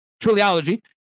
Trilogy